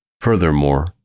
Furthermore